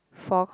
four